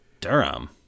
Durham